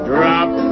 Drop